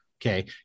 okay